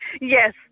Yes